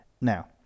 Now